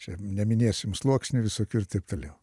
čia neminėsim sluoksnių visokių ir taip toliau